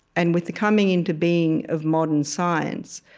and with the coming into being of modern science,